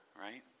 Right